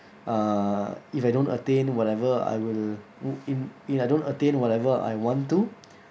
uh if I don't attain whatever I will u~ in in I don't attain whatever I want to